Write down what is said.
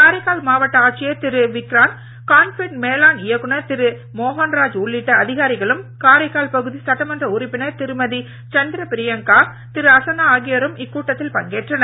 காரைக்கால் மாவட்ட ஆட்சியர் திரு விக்ராந்த் கான்ஃபெட் மேலாண் இயக்குனர் திரு மோகன்ராஜ் உள்ளிட்ட அதிகாரிகளும் காரைக்கால் பகுதி சட்டமன்ற உறுப்பினர்கள் திருமதி சந்திரபிரியங்கா திருமதி அசனா இக்கூட்டத்தில் பங்கேற்றனர்